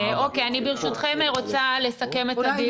אני, ברשותכם, רוצה לסכם את הדיון.